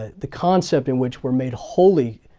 ah the concept in which we are made holy,